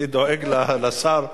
אני דואג לשר.